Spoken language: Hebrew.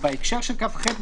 שבהקשר של סעיף 22כח(ד),